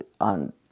on